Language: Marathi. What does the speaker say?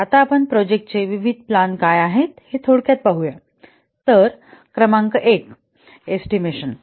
आता आपण प्रोजेक्टांचे विविध प्लान काय आहेत हे थोडक्यात पाहू या तर क्रमांक 1 एस्टिमेशन